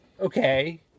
Okay